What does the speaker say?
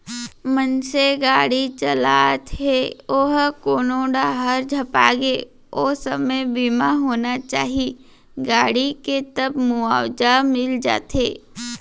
मनसे गाड़ी चलात हे ओहा कोनो डाहर झपागे ओ समे बीमा होना चाही गाड़ी के तब मुवाजा मिल जाथे